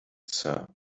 sir